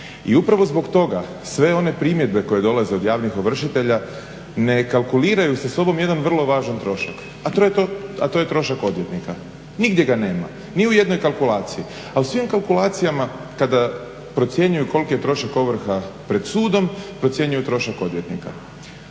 I upravo zbog toga sve one primjedbe koje dolaze od javnih ovršitelja ne kalkuliraju sa sobom jedan vrlo važan trošak, a to je trošak odvjetnika. Nigdje ga nema ni u jednoj kalkulaciji. A u svim kalkulacijama kada procjenjuju koliki je trošak ovrha pred sudom procjenjuju trošak odvjetnika.